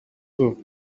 off